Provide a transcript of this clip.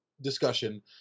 discussion